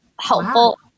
helpful